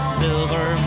silver